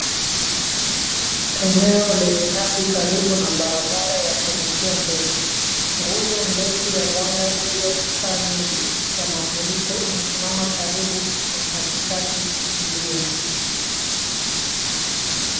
Eneo lenye nyasi karibu na barabara ya kurukia ndege. Nguzo ndefu ya mwanga ilio na taa nyingi za mafuriko, inasimama karibu na katikati kulia.